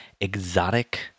exotic